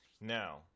Now